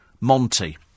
Monty